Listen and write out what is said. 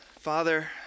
Father